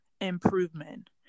improvement